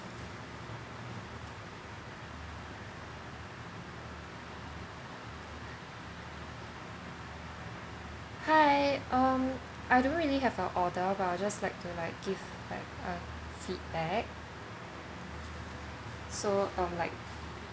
hi um I don't really have an order but I'll like to just like give like a feedback so um like